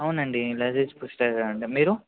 అవును అండి లజీజ్ రెస్టారెంటే మీరు